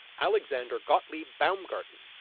alexander gottlieb baumgarten.